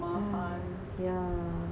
ah yeah